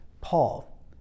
Paul